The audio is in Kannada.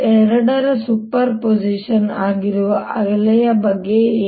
ಎರಡರ ಸೂಪರ್ಪೋಸಿಶನ್ ಆಗಿರುವ ಅಲೆಯ ಬಗ್ಗೆ ಏನು